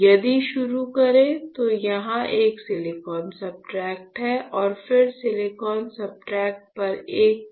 यदि शुरू करें तो यहां एक सिलिकॉन सब्सट्रेट है और फिर सिलिकॉन सब्सट्रेट पर एक PDMS लेपित है